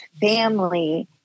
family